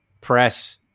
press